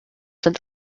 sind